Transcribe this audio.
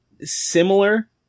similar